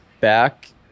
back